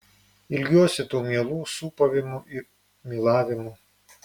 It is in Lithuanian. ilgiuosi tų mielų sūpavimų mylavimų